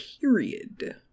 Period